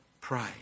pray